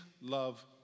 love